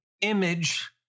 image